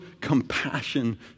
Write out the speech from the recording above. compassion